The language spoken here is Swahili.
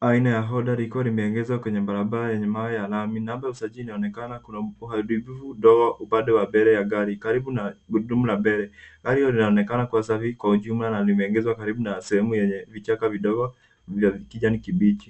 aina ya Honda likiwa limeegeshwa kwenye barabara yenye mawe ya lami. Namba ya usajili inaonekana. Kuna uharibifu mdogo upande wa mbele ya gari karibu na gurudumu la mbele. Gari hilo linaonekana kuwa safi kwa ujumla na limeegeshwa karibu na sehemu yenye vichaka vidogo vya kijani kibichi.